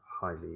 Highly